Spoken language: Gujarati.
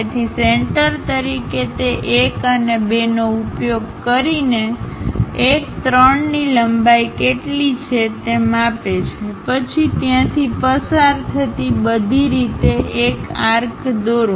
તેથી સેન્ટર તરીકે તે 1 અને 2 નો ઉપયોગ કરીને 1 3 ની લંબાઈ કેટલી છે તે માપે છે પછી ત્યાંથી પસાર થતી બધી રીતે એક આર્ક દોરો